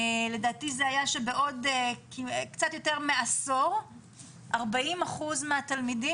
לדעתי זה היה שבעוד קצת יותר מעשור 40% מהתלמידים